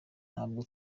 ntabwo